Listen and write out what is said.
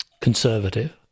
conservative